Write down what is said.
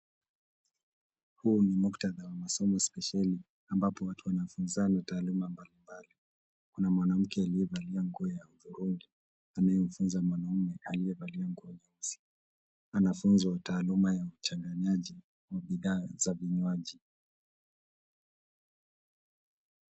Huu ni muktadha wa masomo spesheli ambapo watu wanafunzana taaluma mbalimbali. Kuna mwanamke aliyevalia nguo ya hudhurungi anayemfunza mwanaume aliyevalia nguo nyeusi. Anafunzwa taaluma ya uchanganyaji wa bidhaa za vinywaji.